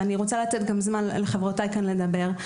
ואני רוצה לתת גם זמן לחברותיי כאן לדבר.